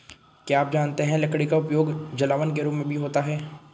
क्या आप जानते है लकड़ी का उपयोग जलावन के रूप में भी होता है?